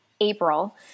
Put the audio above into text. April